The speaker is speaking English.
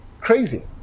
crazy